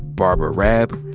barbara raab,